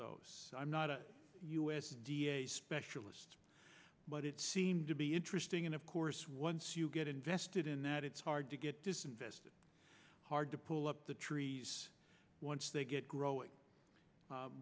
those i'm not a u s d a specialist but it seemed to be interesting and of course once you get invested in that it's hard to get disinvest hard to pull up the trees once they get growing